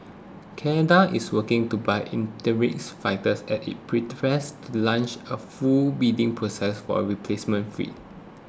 Canada is working to buy interims fighters as it prit fest to launch a full bidding process for a replacement fleet